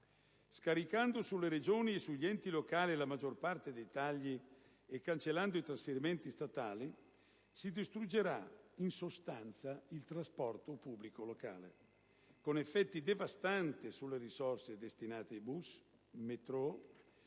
Scaricando sulle Regioni e sugli enti locali la maggior parte dei tagli e cancellando i trasferimenti statali, si distruggerà in sostanza il trasporto pubblico locale, con effetti devastanti sulle risorse destinate ai bus, metro